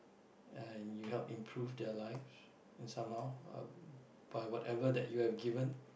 and you help improve their life and somehow